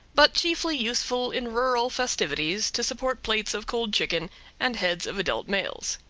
but chiefly useful in rural festivities to support plates of cold chicken and heads of adult males.